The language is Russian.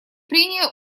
прения